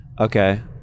okay